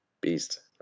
Beast